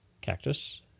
Cactus